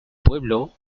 pueblo